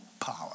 power